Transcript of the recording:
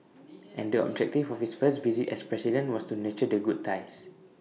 and the objective of his first visit as president was to nurture the good ties